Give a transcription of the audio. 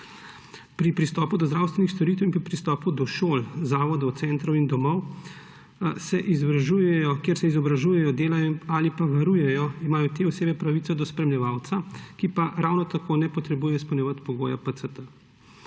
Pri pristopu do zdravstvenih storitev in pristopu do šol, zavodov, centrov in domov, kjer se izobražujejo, delajo ali pa se varujejo, imajo te osebe pravico do spremljevalca, ki pa mu ravno tako ni treba izpolnjevati pogoja PCT.